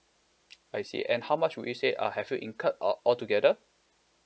I see and how much would you say uh have you incurred or all together